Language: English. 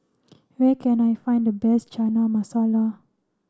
where can I find the best Chana Masala